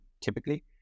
typically